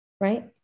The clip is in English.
Right